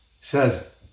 says